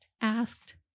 asked